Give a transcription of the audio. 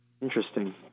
Interesting